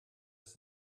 ist